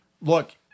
look